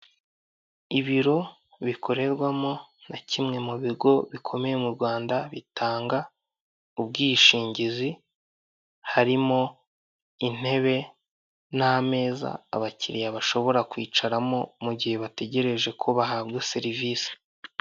Ibiro bikorerwamo na kimwe mu bigo bikomeye mu Rwanda, bitanga ubwishingizi harimo: intebe n' ameza abakiriya bashobora kwicaramo mu gihe bategereje ko bahabwa serivisi.